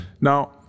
Now